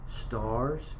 Stars